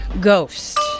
Ghost